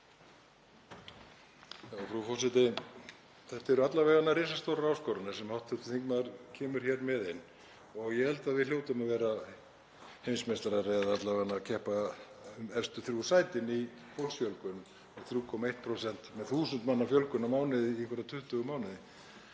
Þetta eru alla vega risastórar áskoranir sem hv. þingmaður kemur hér með og ég held að við hljótum að vera heimsmeistarar eða alla vega að keppa um efstu þrjú sætin í fólksfjölgun með 1.000 manna fjölgun á mánuði í einhverja 20 mánuði.